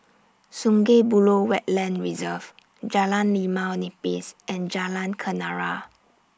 Sungei Buloh Wetland Reserve Jalan Limau Nipis and Jalan Kenarah